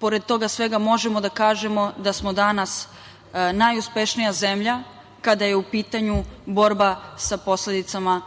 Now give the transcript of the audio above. pored toga svega možemo da kažemo da smo danas najuspešnija zemlja kada je u pitanju borba sa posledicama